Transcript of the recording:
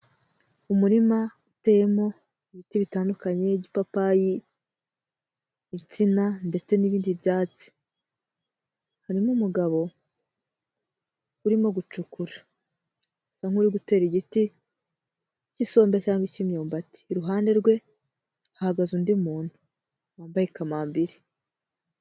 Umurima uteyemo ibiti bitandukanye ipapayi, insina ndetse n'ibindi byatsi, harimo umugabo urimo gucukura, asa nk'uri gutera igiti cy'isombe cyangwa imyumbati, iruhande rwe hahagaze undi muntu wambaye kamambiri,